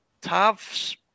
Tav's